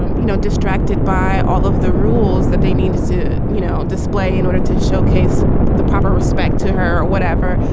um you know, distracted by all of the rules that they need to do, you know, display in order to showcase the proper respect to her or whatever.